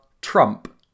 Trump